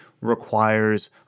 requires